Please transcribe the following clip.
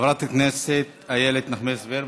חברת הכנסת איילת נחמיאס ורבין.